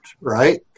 right